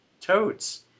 Toads